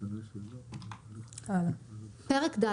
הצבעה אושר פה אחד.